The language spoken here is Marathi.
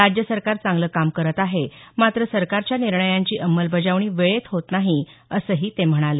राज्य सरकार चांगलं काम करत आहे परंतु सरकारच्या निर्णयांची अंमलबजावणी वेळेत होत नाही असंही ते म्हणाले